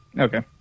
Okay